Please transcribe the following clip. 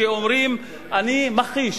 שאומרים: אני מכחיש,